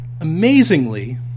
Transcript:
Amazingly